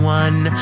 one